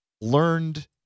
learned